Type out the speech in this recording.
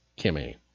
Kimmy